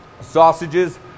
sausages